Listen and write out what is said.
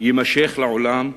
יימשך לעולם?